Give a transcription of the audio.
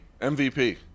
mvp